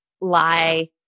lie